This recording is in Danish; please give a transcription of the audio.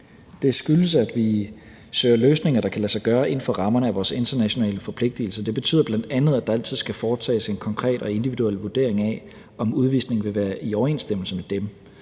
Det skyldes, at vi søger løsninger, der kan lade sig gøre inden for rammerne af vores internationale forpligtigelser. Det betyder bl.a., at der altid skal foretages en konkret og individuel vurdering af, om udvisning vil være i overensstemmelse med dem,